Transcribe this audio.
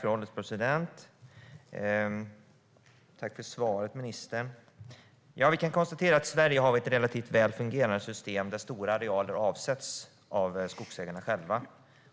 Fru ålderspresident! Jag tackar ministern för svaret. Vi kan konstatera att Sverige har ett relativt väl fungerande system, där stora arealer avsätts av skogsägarna själva.